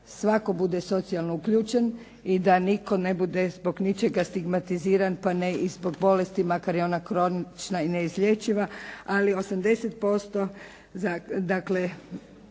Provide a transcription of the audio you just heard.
svatko bude socijalno uključen i da nitko ne bude zbog ničega stigmatiziran, pa ne i zbog bolesti makar je ona kronična i neizlječiva, ali 80%